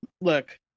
look